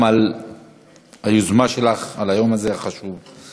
תודה גם על היוזמה שלך ליום החשוב הזה.